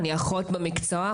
אחות במקצועי,